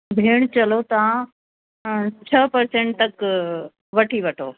भेण चलो तव्हां छह पर्सेंट तक वठी वठो